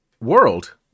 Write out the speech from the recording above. World